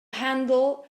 handle